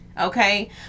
Okay